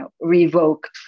revoked